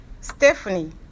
Stephanie